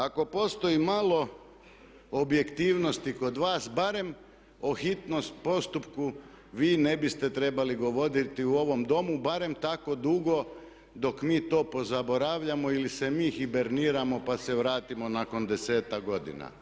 Ako postoji malo objektivnosti kod vas, barem o hitnosti postupka, vi ne biste trebali govoriti u ovom Domu barem tako dugo dok mi to pozaboravljamo ili se mi hiberniramo pa se vratimo nakon 10-ak godina.